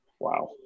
Wow